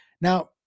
now